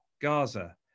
Gaza